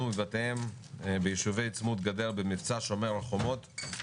מבתיהם בישובי צמוד גדר במבצע שומר החומות.